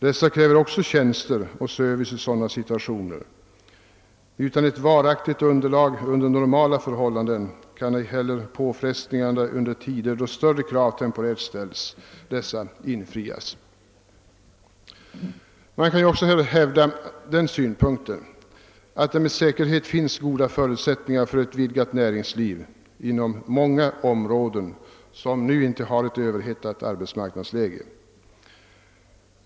Dessa kräver också tjänster och service i dessa sammanhang. Utan ett varaktigt underlag under normala förhållanden kan icke heller påfrestningarna under tider då större krav temporärt ställs infrias. Man kan också hävda synpunkten att det med säkerhet finns goda förutsättningar för att bygga upp ett näringsliv inom många områden som nu inte har ett överhettat arbetsmarknadsläge.